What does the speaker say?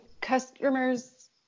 customers